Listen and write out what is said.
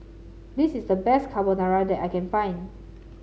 this is the best Carbonara that I can find